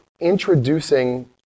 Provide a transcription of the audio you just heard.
introducing